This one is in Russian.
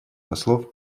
послов